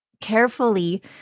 carefully